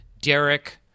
Derek